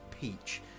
Peach